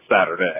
Saturday